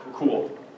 cool